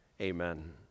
Amen